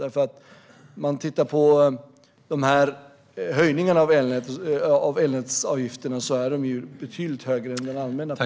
Om man tittar på höjningarna av elnätsavgifterna ser man att de är betydligt högre än den allmänna .